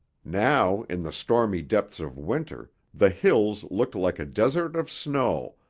now in the stormy depths of winter the hills looked like a desert of snow,